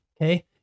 Okay